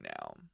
now